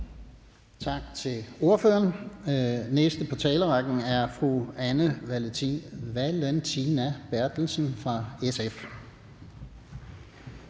Næste ordfører i talerrækken er fru Anne Valentina Berthelsen fra SF.